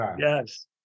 Yes